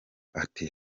ati